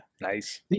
Nice